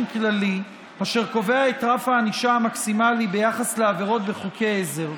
כללי אשר קובע את רף הענישה המקסימלי ביחס לעבירות בחוקי עזר.